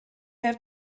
have